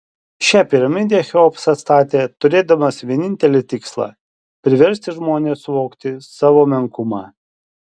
šią piramidę cheopsas statė turėdamas vienintelį tikslą priversti žmones suvokti savo menkumą